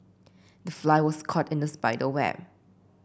the fly was caught in the spider web